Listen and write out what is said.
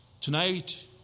Tonight